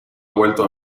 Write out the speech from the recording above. vuelto